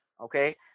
okay